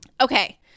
Okay